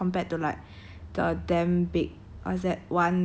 ya correct but it's still not a painful death as compared to like